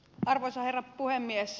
arvoisa herra puhemies